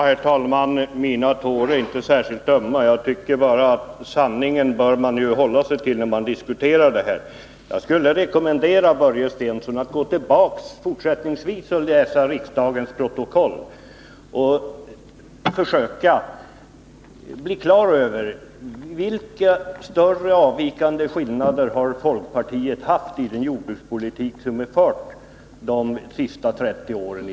Herr talman! Mina tår är inte särskilt ömma, men jag tycker att man bör hålla sig till sanningen när man diskuterar det här problemet. Jag skulle vilja rekommendera Börje Stensson att i fortsättningen gå tillbaka och läsa riksdagens protokoll och försöka bli på det klara med vilka större avvikelser som kännetecknat folkpartiets jordbrukspolitik under de senaste 30 åren.